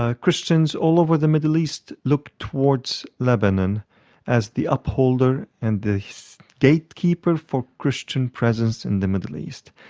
ah christians all over the middle east look towards lebanon as the upholder and the gatekeeper for christian presence in the middle east.